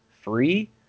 free